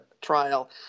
trial